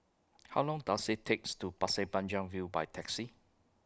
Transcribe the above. How Long Does IT takes to Pasir Panjang View By Taxi